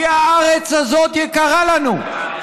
כי הארץ הזאת יקרה לנו,